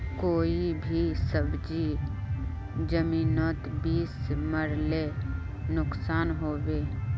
कोई भी सब्जी जमिनोत बीस मरले नुकसान होबे?